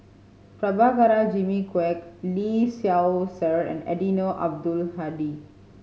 Prabhakara Jimmy Quek Lee Seow Ser and Eddino Abdul Hadi